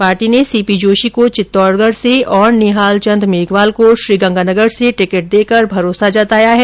party ने सीपी जोशी को चित्तौडगढ से और निहाल चन्द मेघवाल को श्रीगंगानगर से टिकिट देकर भरोसा जताया है